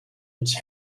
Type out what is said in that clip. its